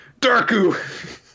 darku